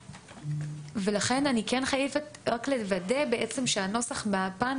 ולכן אני כן חייבת רק לוודא שהנוסח מהפן